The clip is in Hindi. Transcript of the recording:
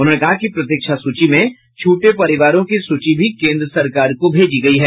उन्होंने कहा कि प्रतिक्षा सूची में छूटे परिवारों की सूची भी केन्द्र सरकार को भेजी गयी है